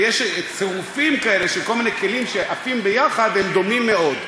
ויש צירופים כאלה של כל מיני כלים שעפים יחד והם דומים מאוד,